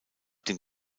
dem